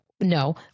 no